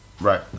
Right